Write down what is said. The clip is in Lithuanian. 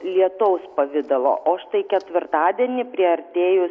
lietaus pavidalo o štai ketvirtadienį priartėjus